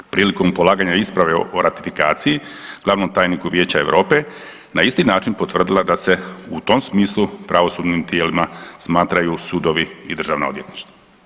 Prilikom polaganja isprave o ratifikaciji glavnom tajniku Vijeća Europe na isti način potvrdila da se u tom smislu pravosudnim tijelima smatraju sudovi i državna odvjetništva.